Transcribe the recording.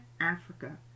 Africa